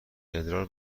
ادرار